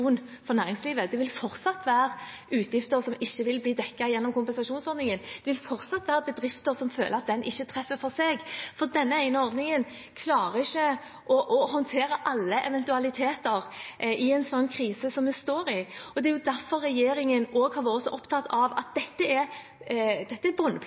for næringslivet. Det vil fortsatt være utgifter som ikke vil bli dekket gjennom kompensasjonsordningen, det vil fortsatt være bedrifter som føler at den ikke treffer for seg. Denne ene ordningen klarer ikke å håndtere alle eventualiteter i en sånn krise som vi står i. Det er derfor regjeringen også har vært så opptatt av at dette er